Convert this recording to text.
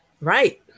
Right